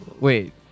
wait